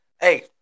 Hey